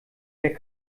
der